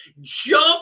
Jump